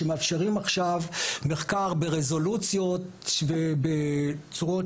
שמאפשרים עכשיו מחקר ברזולוציות ובצורות